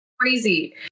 crazy